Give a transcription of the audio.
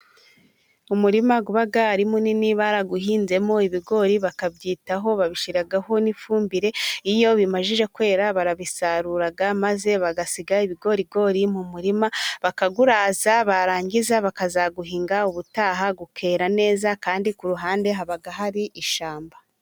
Umurima uba ari munini barawuhinzemo ibigori bakabyitaho babishyiraho n'ifumbire, iyo bimaze kwera barabisarura maze bagasi ibigorigori mu murima bakawuraza barangiza bakazawuhinga ubutaha ukera neza kandi ku ruhande haba hari ishyamba.